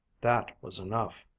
that was enough.